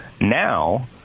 Now